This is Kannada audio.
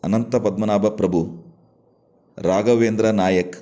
ಅನಂತ ಪದ್ಮನಾಭ ಪ್ರಭು ರಾಘವೇಂದ್ರ ನಾಯಕ್